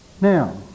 Now